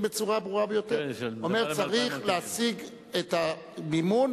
בצורה ברורה ביותר: צריך להשיג את המימון,